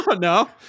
No